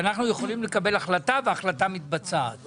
שאנחנו יכולים לקבל החלטה וההחלטה מתבצעת.